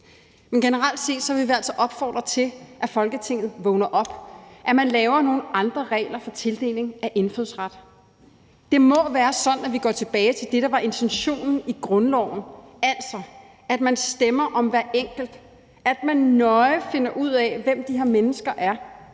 i hvert fald opfordre til, at Folketinget vågner op, og at man laver nogle andre regler for tildeling af indfødsret. Det må være sådan, at vi går tilbage til det, der var intentionen i grundloven, altså at man stemmer om hver enkelt, og at man nøje finder ud af, hvem de her mennesker er.